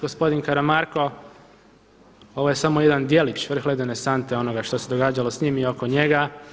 Gospodin Karamarko, ovo je samo jedan djelić vrh ledene sante onoga što se događalo s njim i oko njega.